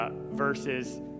verses